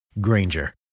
Granger